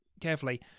carefully